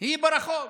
היא ברחוב.